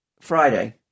Friday